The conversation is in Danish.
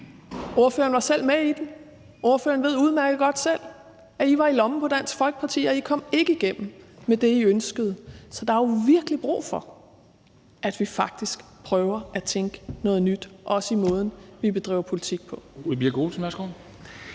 Ordføreren var selv med i den, og ordføreren ved udmærket godt selv, at I var i lommen på Dansk Folkeparti og ikke kom igennem med det, I ønskede. Så der er jo virkelig brug for, at vi faktisk prøver at tænke noget nyt – også i måden, vi bedriver politik på.